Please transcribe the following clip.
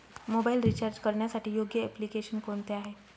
Mobile recharge करण्यासाठी योग्य application कोणते आहे?